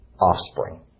offspring